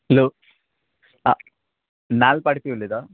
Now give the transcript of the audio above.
hello नाल्ल पाडपी उलयता